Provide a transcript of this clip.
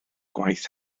gwaith